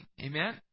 Amen